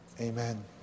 Amen